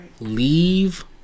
Leave